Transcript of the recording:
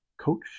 Coach